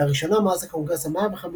לראשונה מאז הקונגרס ה-115